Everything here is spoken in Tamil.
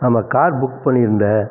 ஆமாம் கார் புக் பண்ணியிருந்தேன்